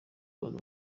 abantu